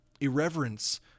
irreverence